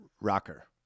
rocker